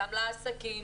גם לעסקים,